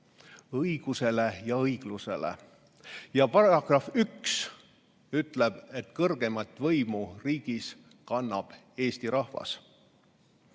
õigusele ja õiglusele. Paragrahv 1 ütleb, et kõrgeimat võimu riigis kannab Eesti rahvas.